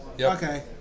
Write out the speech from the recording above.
Okay